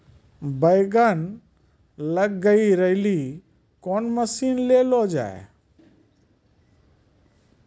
बैंगन लग गई रैली कौन मसीन ले लो जाए?